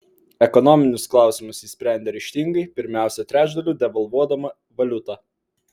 ekonominius klausimus ji sprendė ryžtingai pirmiausia trečdaliu devalvuodama valiutą